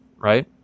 right